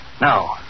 Now